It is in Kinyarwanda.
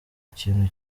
ikintu